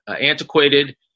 antiquated